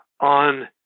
on